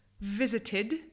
visited